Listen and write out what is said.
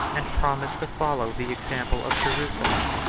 and promised to follow the example of jerusalem.